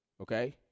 Okay